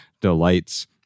delights